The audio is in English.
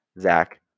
zach